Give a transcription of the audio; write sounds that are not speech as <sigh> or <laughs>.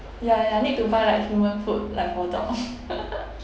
ya ya need to buy like human food like for dog <laughs>